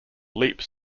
leaps